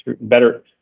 Better